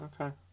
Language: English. Okay